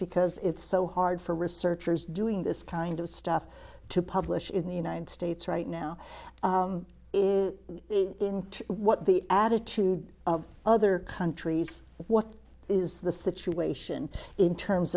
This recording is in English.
because it's so hard for research or is doing this kind of stuff to publish in the united states right now what the attitude of other countries what is the situation in terms